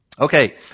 Okay